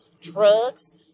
drugs